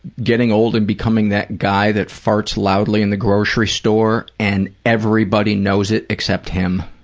getting old and becoming that guy that farts loudly in the grocery store and everybody knows it except him.